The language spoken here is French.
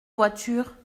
voiture